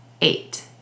Eight